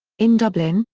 in dublin,